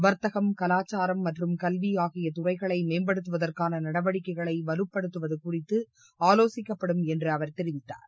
வர்த்தகம் கலாச்சாரம் மற்றும் கல்வி ஆகிய துறைகளை மேம்படுத்துவதற்கான நடவடிக்கைகளை வலுப்படுத்துவது குறித்து ஆலோசிக்கப்படும் என்று தெரிவித்தார்